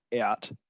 out